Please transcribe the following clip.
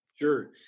Sure